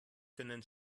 können